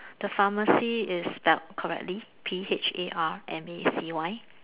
the pharmacy is spelled correctly P H A R M A C Y